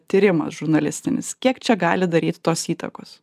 tyrimas žurnalistinis kiek čia gali daryti tos įtakos